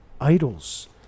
idols